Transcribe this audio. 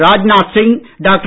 Rajnath Singh doctor